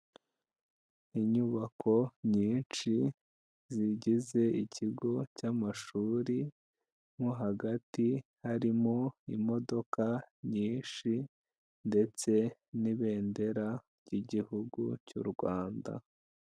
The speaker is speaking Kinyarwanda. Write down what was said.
Inyubako nyinshi zigize ikigo cy'amashuri, mo hagati harimo imodoka nyinshi ndetse n'ibendera ry'Igihugu cy'u Rwanda.